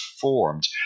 formed